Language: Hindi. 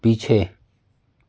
पीछे